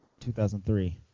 2003